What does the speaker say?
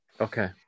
Okay